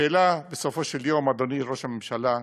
השאלה, בסופו של יום, אדוני ראש הממשלה,